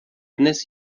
dnes